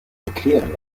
erklären